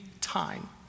time